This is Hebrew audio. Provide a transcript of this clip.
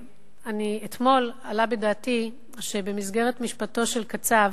אתמול עלה בדעתי שבמסגרת משפטו של קצב,